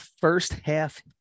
first-half